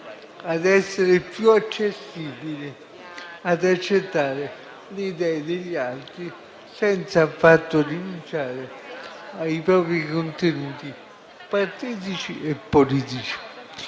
ad essere più accessibili ad accettare l'idea degli altri, senza affatto rinunciare ai propri contenuti partitici e politici.